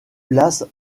place